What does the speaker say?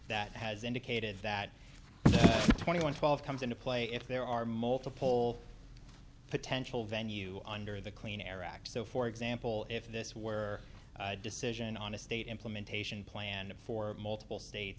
that has indicated that twenty one twelve comes into play if there are multiple potential venue under the clean air act so for example if this were a decision on a state implementation plan for multiple state